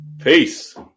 Peace